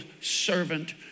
servant